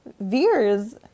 Veers